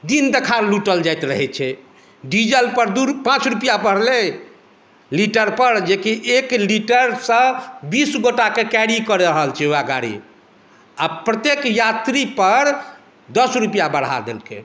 दिन देखार लूटल जाइत रहै छै डीजल पर दू पाँच रुपैआ बढ़लै लीटर पर जेकि एक लीटरसँ बीस गोटाके कैरी कऽ रहल छै वएह गाड़ी आ प्रत्येक यात्री पर दस रुपैआ बढ़ा देलकै